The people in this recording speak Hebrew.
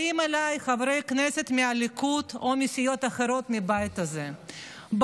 באים אליי חברי כנסת מהליכוד או מסיעות אחרות מהבית הזה,